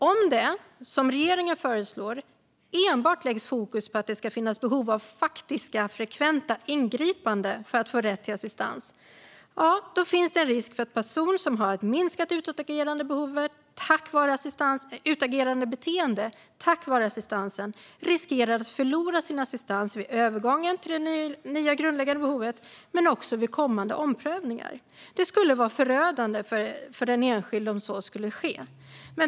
Om det, som regeringen föreslår, enbart läggs fokus på att det ska finnas behov av faktiska frekventa ingripanden för att man ska få rätt till assistans finns det risk för att en person som tack vare assistansen har ett minskat utåtagerande förlorar sin assistans vid övergången till det nya grundläggande behovet men också vid kommande omprövningar. Det skulle vara förödande för den enskilde om så skulle ske.